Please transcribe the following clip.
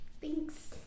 Thanks